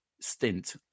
stint